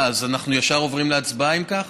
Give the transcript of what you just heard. אז אנחנו ישר עוברים להצבעה, אם כך?